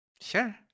sure